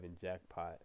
jackpot